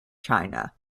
china